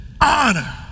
honor